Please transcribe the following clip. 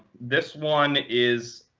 this one is